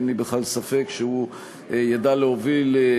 אין לי בכלל ספק שהוא ידע להוביל.